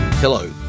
Hello